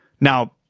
Now